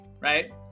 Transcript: right